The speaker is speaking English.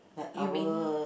you mean